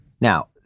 Now